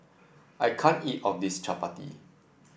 I can't eat all of this Chappati